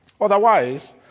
Otherwise